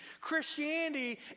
Christianity